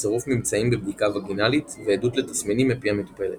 בצירוף ממצאים בבדיקה וגינלית ועדות לתסמינים מפי המטופלת.